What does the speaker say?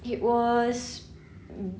it was mm